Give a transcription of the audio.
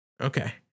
Okay